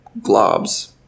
globs